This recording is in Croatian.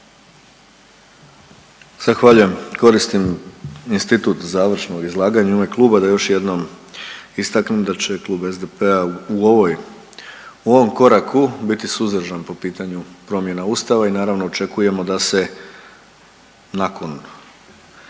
Zahvaljujem. Koristim institut završnog izlaganja u ime Kluba da još jednom istaknem da će Klub SDP-a u ovoj, u ovom koraku biti suzdržan po pitanju promjena Ustava i naravno očekujemo da se nakon